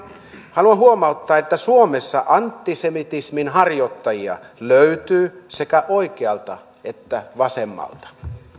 haluan huomauttaa että suomessa antisemitismin harjoittajia löytyy sekä oikealta että vasemmalta